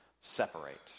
separate